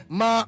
ma